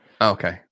Okay